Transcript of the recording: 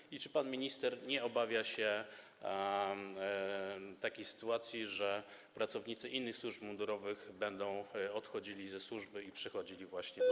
I czy pan minister nie obawia się takiej sytuacji, że pracownicy innych służb mundurowych będą odchodzili ze służby i przechodzili właśnie do